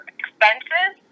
expenses